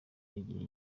igihe